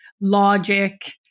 logic